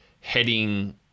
heading